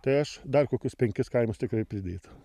tai aš dar kokius penkis kaimus tikrai pridėtau